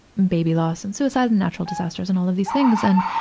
baby loss and suicide and natural disasters and all of these things. and,